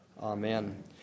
Amen